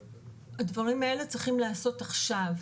הדברים האלה צריכים להיעשות עכשיו,